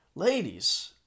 Ladies